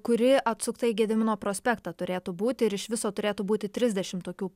kuri atsukta į gedimino prospektą turėtų būti ir iš viso turėtų būti trisdešim tokių